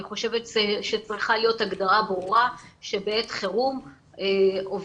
אני חושבת שצריכה להיות הגדרה ברורה שבעת חירום עובד